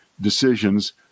decisions